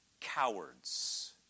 cowards